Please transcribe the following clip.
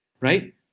right